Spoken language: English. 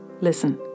Listen